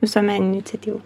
visuomeninių iniciatyvų